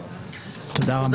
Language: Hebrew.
תודה רבה.